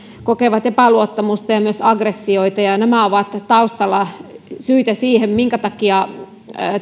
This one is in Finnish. kokevat epäluottamusta ja myös aggressioita ja ja nämä ovat taustalla syitä siihen minkä takia